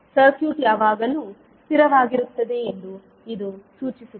circuit ಯಾವಾಗಲೂ ಸ್ಥಿರವಾಗಿರುತ್ತದೆ ಎಂದು ಇದು ಸೂಚಿಸುತ್ತದೆ